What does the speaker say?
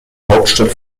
hauptstadt